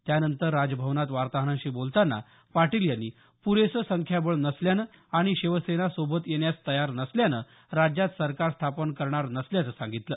त्यानंतर राजभवनात वार्ताहरांशी बोलताना पाटील यांनी पुरेसं संख्याबळ नसल्यानं आणि शिवसेना सोबत येण्यास तयार नसल्यानं राज्यात सरकार स्थापन करणार नसल्याचं सांगितलं